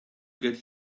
get